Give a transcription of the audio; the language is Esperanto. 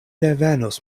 revenos